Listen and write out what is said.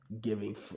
giving